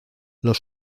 los